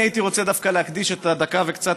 אני הייתי רוצה דווקא להקדיש את הדקה וקצת